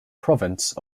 province